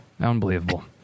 unbelievable